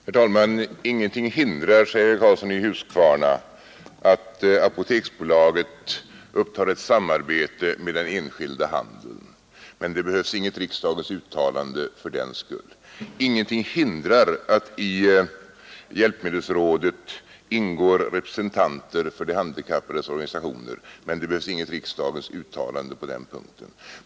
Herr talman! Ingenting hindrar att Apoteksbolaget upptar samarbete med den enskilda handeln, sade herr Karlsson i Huskvarna, men det behövs inget riksdagens uttalande fördenskull. Ingenting hindrar heller att det i hjälpmedelsrådet ingår representanter för de handikappades organisationer, men det behövs inget riksdagsuttalande på den punkten.